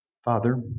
Father